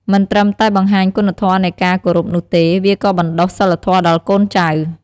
មិនត្រឹមតែបង្ហាញគុណធម៌នៃការគោរពនោះទេ វាក៏បណ្តុះសីលធម៌ដល់កូនចៅ។